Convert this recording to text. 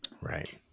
Right